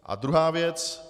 A druhá věc.